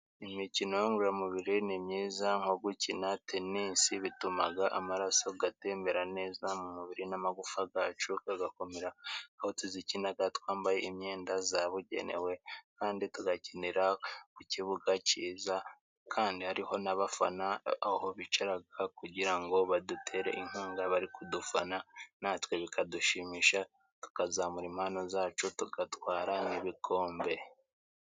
Imikino ngoramubiri ni myiza nko gukina tenisi bitumaga amaraso gatembera neza mu mubiri n'amagufa gacu kagakomera; aho tuzikinaga twambaye imyenda zabugenewe kandi tugakinira ku kibuga ciza ,kandi hariho n'abafana aho bicaraga kugira ngo badutere inkunga bari kudufana, natwe bikadushimisha tukazamura impano zacu tugatwara n'ibikombe.